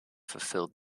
fulfilled